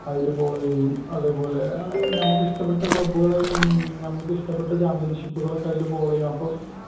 അതില് ഫോളോ ചെയ്യും അതേ പോലെ നമ്മള്ക്ക് ഇഷ്ടപ്പെട്ട ക്ലബ്ബുകളെയും നമ്മള്ക്ക് ഇഷ്ടപ്പെട്ട ചാമ്പ്യൻഷിപ്പുകളൊക്കെ അതിൽ ഫോളോ ചെയ്യാം അപ്പോള്